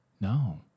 No